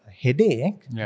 headache